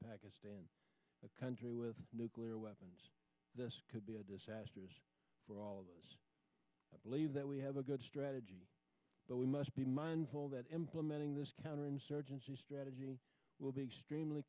pakistan a country with nuclear weapons could be a disaster for all believe that we have a good strategy but we must be mindful that implementing this counterinsurgency strategy will be extremely